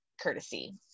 courtesy